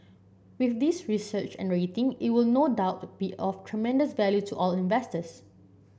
with this research and rating it will no doubt be of tremendous value to all investors